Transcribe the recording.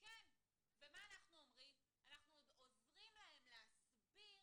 ומה אנחנו אומרים אנחנו עוד עוזרים להם להסביר